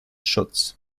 schutz